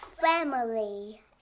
family